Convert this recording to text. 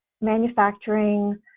manufacturing